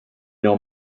know